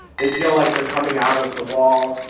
they feel like they're coming out of the wall,